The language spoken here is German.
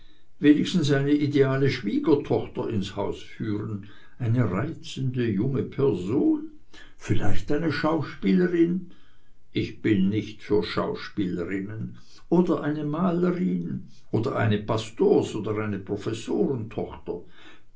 wenigstens eine ideale schwiegertochter ins haus führen eine reizende junge person vielleicht eine schauspielerin ich bin nicht für schauspielerinnen oder eine malerin oder eine pastors oder eine